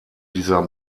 dieser